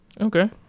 okay